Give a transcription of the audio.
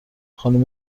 خانم